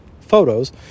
photos